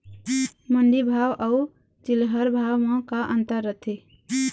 मंडी भाव अउ चिल्हर भाव म का अंतर रथे?